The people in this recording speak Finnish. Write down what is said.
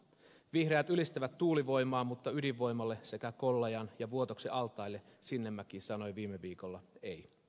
vihreät ylistävät tuulivoimaa mutta ydinvoimalle sekä kollajan ja vuotoksen altaille sinnemäki sanoi viime viikolla ei